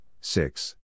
six